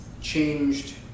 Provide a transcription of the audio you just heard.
changed